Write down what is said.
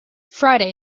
friday